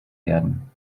werden